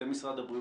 אתם משרד הבריאות,